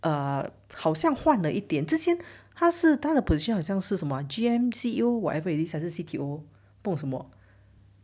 err 好像换了一点之前他是他的 position 很像是什么 G_M_C you whatever it is 还是 C_T_O 不懂什么